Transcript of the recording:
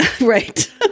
Right